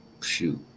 shoot